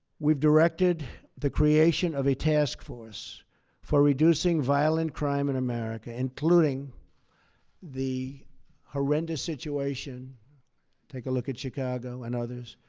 we've directed the creation of a task force for reducing violent crime in america, including the horrendous situation take a look at chicago and others